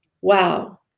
wow